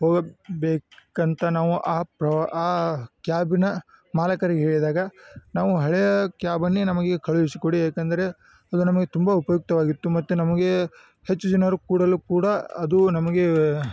ಹೋಗ ಬೇಕು ಕಂತ ನಾವು ಆ ಪ್ರವಾ ಆ ಕ್ಯಾಬಿನ ಮಾಲಿಕರಿಗೆ ಹೇಳಿದಾಗ ನಾವು ಹಳೆಯ ಕ್ಯಾಬನ್ನೆ ನಮಗೆ ಕಳುಹಿಸಿಕೊಡಿ ಯಾಕೆಂದರೆ ಅದು ನಮಗೆ ತುಂಬ ಉಪಯುಕ್ತವಾಗಿತ್ತು ಮತ್ತು ನಮಗೆ ಹೆಚ್ಚು ಜನರು ಕೂಡಲು ಕೂಡ ಅದು ನಮಗೆ